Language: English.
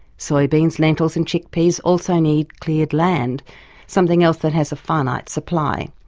soybeans, lentils and chickpeas also need cleared land something else that has a finite supply.